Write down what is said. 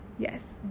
Yes